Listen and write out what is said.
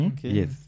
Yes